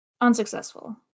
unsuccessful